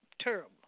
Terrible